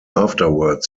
afterwards